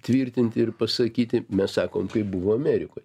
tvirtinti ir pasakyti mes sakom kaip buvo amerikoj